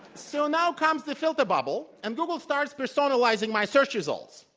so now comes the filter bubble and google starts personalizing my search results.